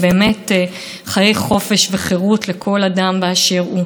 לדאוג למרקם החברתי של החברה בישראל על כל גווניה,